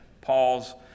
Paul's